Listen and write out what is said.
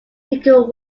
could